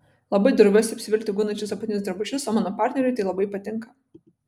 labai droviuosi apsivilkti gundančius apatinius drabužius o mano partneriui tai labai patinka